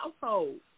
household